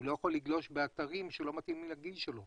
הוא לא יכול לגלוש באתרים שלא מתאימים לגיל שלו